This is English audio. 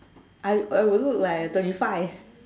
I I would look like thirty five